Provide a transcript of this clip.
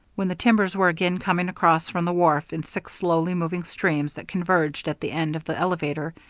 when the timbers were again coming across from the wharf in six slowly moving streams that converged at the end of the elevator,